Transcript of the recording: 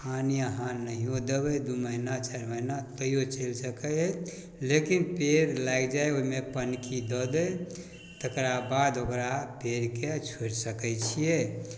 पानी अहाँ नहिओ देबै दुइ महिना चारि महिना तैओ चलि सकै अछि लेकिन पेड़ लागि जाइ ओहिमे पौनुकि दऽ दै तकरा बाद ओकरा पेड़के छोड़ि सकै छिए